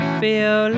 feel